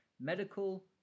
Medical